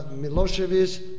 Milosevic